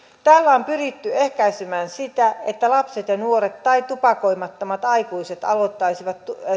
tällä on pyritty ehkäisemään sitä että lapset ja nuoret tai tupakoimattomat aikuiset aloittaisivat